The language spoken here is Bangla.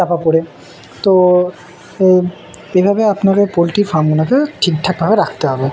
তারপরে তো এই এভাবে আপনাকে পোলট্রি ফার্মগুলোকে ঠিক ঠাকভাবে রাখতে হবে